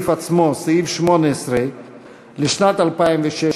ההסתייגויות של הפחתת התקציב לאותו סעיף: בעד, 59,